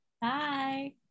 bye